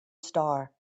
star